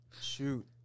Shoot